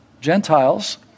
Gentiles